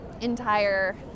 entire